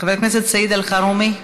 חבר הכנסת סעיד אלחרומי.